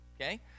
Okay